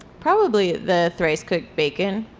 probably the thrice-cooked bacon